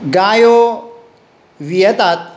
गायो वियेतात